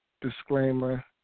disclaimer